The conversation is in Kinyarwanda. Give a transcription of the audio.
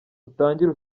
utangire